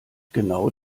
genau